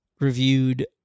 Reviewed